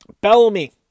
Bellamy